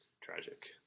tragic